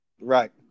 Right